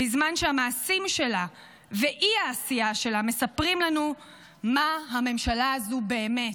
בזמן שהמעשים שלה ואי-העשייה שלה מספרים לנו מה הממשלה הזו באמת,